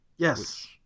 Yes